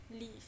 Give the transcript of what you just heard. leave